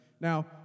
Now